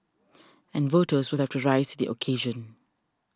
and voters will have to rise to the occasion